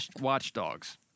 Watchdogs